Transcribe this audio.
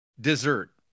dessert